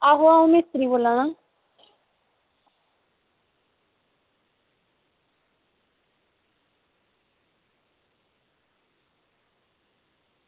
आहो अ'ऊं मिस्तरी बोला ना